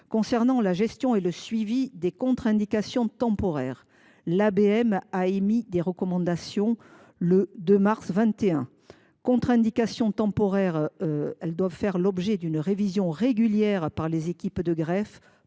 Concernant la gestion et le suivi des contre indications temporaires, l’ABM a émis les recommandations suivantes le 2 mars 2021 : les contre indications temporaires doivent faire l’objet d’une révision régulière par les équipes de greffe,